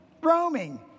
roaming